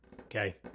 Okay